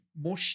more